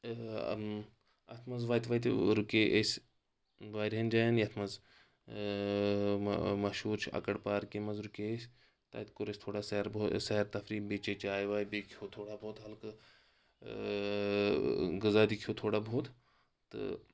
اتھ منٛز وتہِ وتہِ رُکے أسۍ واریاہن جاین یتھ منٛز مشہوٗر چھُ اکڑ پارکہِ منٛز رُکے أسۍ تتہِ کوٚر اسہِ تھوڑا سیر بو سیر تفری بیٚیہِ چے چاے واے بیٚیہِ کھیٚو تھوڑا بہت ہلکہٕ اۭں غذا تہِ کھیٚو تھوڑا بہت تہٕ